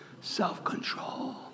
self-control